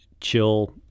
chill